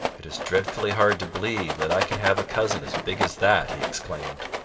it is dreadfully hard to believe that i can have a cousin as big as that, he exclaimed.